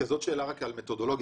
זאת שאלה על מתודולוגיה.